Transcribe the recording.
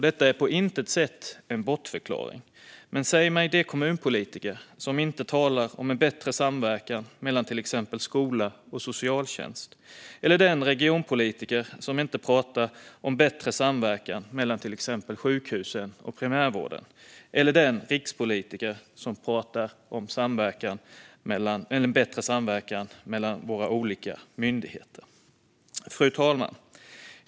Detta är på intet sätt en bortförklaring, men säg mig den kommunpolitiker som inte talar om en bättre samverkan mellan till exempel skola och socialtjänst, den regionpolitiker som inte pratar om bättre samverkan mellan till exempel sjukhusen och primärvården eller den rikspolitiker som inte talar om en bättre samverkan mellan våra olika myndigheter. Fru talman!